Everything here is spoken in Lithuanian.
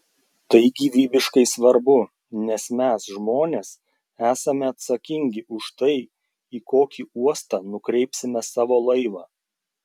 tai gyvybiškai svarbu nes mes žmonės esame atsakingi už tai į kokį uostą nukreipsime savo laivą